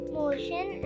motion